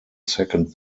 second